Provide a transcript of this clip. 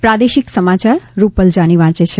પ્રાદેશિક સમાચાર રૂપલ જાની વાંચે છે